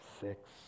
six